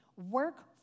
Work